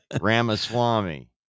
Ramaswamy